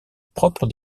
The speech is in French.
propre